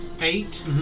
eight